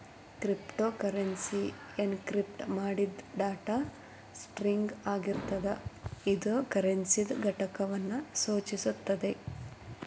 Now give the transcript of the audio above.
cryptocurrency encrypt ಮಾಡಿದ್ data string ಆಗಿರ್ತದ ಇದು ಕರೆನ್ಸಿದ್ ಘಟಕವನ್ನು ಸೂಚಿಸುತ್ತದೆ